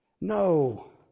No